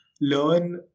learn